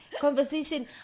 conversation